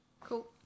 Cool